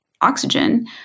oxygen